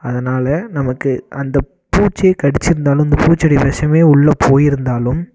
அதனால் நமக்கு அந்த பூச்சி கடிச்சிருந்தாலும் இந்தப் பூச்சியோடய விஷமே உள்ளே போயிருந்தாலும்